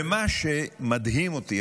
ומה שמדהים אותי,